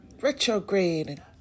retrograde